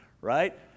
right